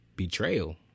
betrayal